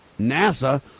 NASA